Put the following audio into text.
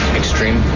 extreme